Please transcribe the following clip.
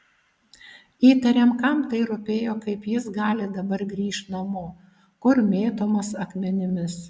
įtariam kam tai rūpėjo kaip jis gali dabar grįžt namo kur mėtomas akmenimis